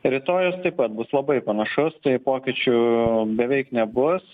rytojus taip pat bus labai panašus tai pokyčių beveik nebus